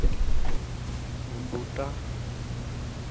बूह्टा